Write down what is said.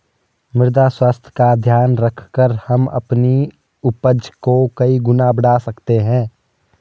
मृदा स्वास्थ्य का ध्यान रखकर हम अपनी उपज को कई गुना बढ़ा सकते हैं